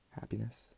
happiness